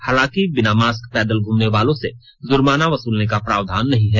हालांकि बिना मास्क पैदल घूमने वालों से जुर्माना वसूलने का प्रावधान नहीं है